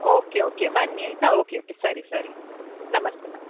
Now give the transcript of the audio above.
okay okay ಬನ್ನಿ ಆಯಿತಾ okay okay ಸರಿ ಸರಿ ನಮಸ್ತೆ ಮ್ಯಾಮ್